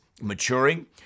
maturing